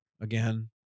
again